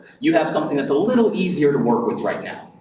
you have something that's a little easier to work with right now,